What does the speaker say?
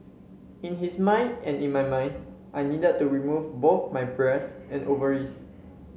in his mind and in my mind I needed to remove both my breasts and ovaries